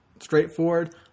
Straightforward